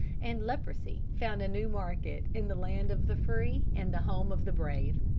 and leprosy found a new market in the land of the free and the home of the brave.